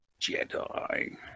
Jedi